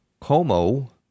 como